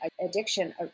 addiction